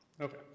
Okay